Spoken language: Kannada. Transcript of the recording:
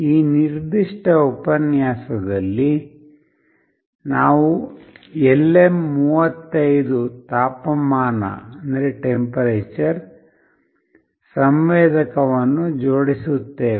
ಈ ನಿರ್ದಿಷ್ಟ ಉಪನ್ಯಾಸದಲ್ಲಿ ನಾವು LM35 ತಾಪಮಾನ ಸಂವೇದಕವನ್ನು ಜೋಡಿಸುತ್ತೇವೆ